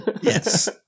Yes